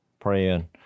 praying